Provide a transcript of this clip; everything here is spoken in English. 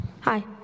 Hi